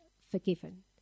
forgiven